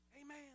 Amen